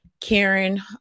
Karen